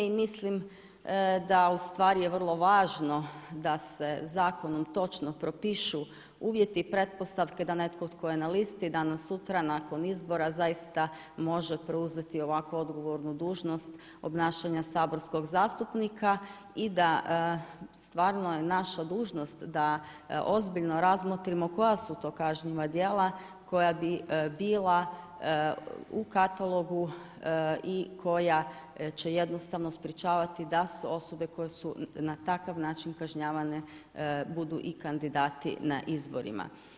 I mislim da u stvari je vrlo važno da se zakonom točno propišu uvjeti i pretpostavke da netko tko je na listi danas, sutra, nakon izbora zaista može preuzeti ovako odgovornu dužnost obnašanja saborskog zastupnika i da stvarno je naša dužnost da ozbiljno razmotrimo koja su to kažnjiva djela koja bi bila u katalogu i koja će jednostavno sprječavati da osobe koje su na takav način kažnjavanje budu i kandidati na izborima.